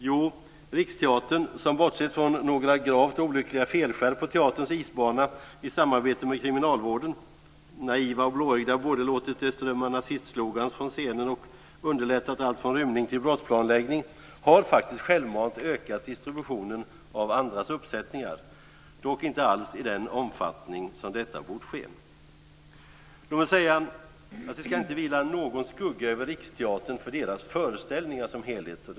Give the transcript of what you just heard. Jo, Riksteatern - som bortsett från några gravt olyckliga felskär på teaterns isbana i samarbete med Kriminalvården, naiva och blåögda, både låtit det strömma nazistslogan från scenen och underlättat allt från rymning till brottsplanläggning - har faktiskt självmant ökat distributionen av andras uppsättningar, dock inte alls i den omfattning som detta borde ha skett. Låt mig säga att det inte ska vila någon skugga över Riksteatern för deras föreställningar som helhet.